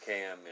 Cam